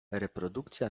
reprodukcja